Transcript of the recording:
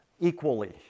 equally